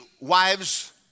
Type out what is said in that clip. wives